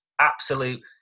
absolute